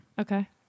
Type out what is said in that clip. Okay